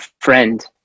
friend